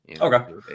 okay